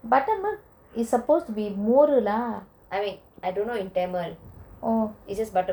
buttermilk is supposed to be moru lah oh